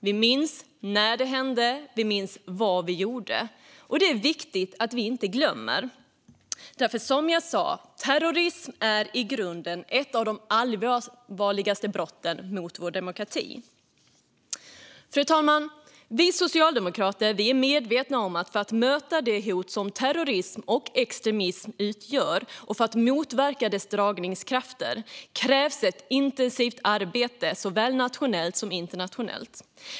Vi minns när de hände och vad vi gjorde. Det är viktigt att vi inte glömmer därför att terrorism i grunden är ett av de allvarligaste brotten mot vår demokrati. Fru talman! Vi socialdemokrater är medvetna om att för att möta det hot som terrorism och extremism utgör, och för att motverka dess dragningskrafter, krävs ett intensivt arbete såväl nationellt som internationellt.